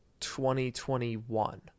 2021